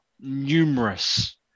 numerous